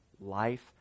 life